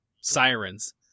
sirens